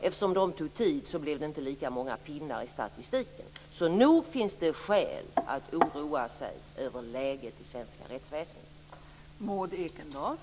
Eftersom de tog tid blev det inte lika många pinnar i statistiken. Nog finns det skäl att oroa sig över läget i det svenska rättsväsendet.